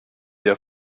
der